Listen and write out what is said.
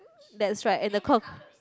that's right and the con~